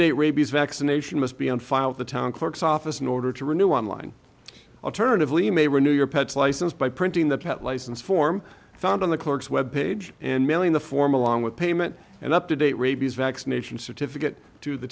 date rabies vaccination must be on file the town clerk's office in order to renew on line alternatively may renew your pet's license by printing the pet license form found on the clerk's web page and mailing the form along with payment and up to date rabies vaccination certificate to the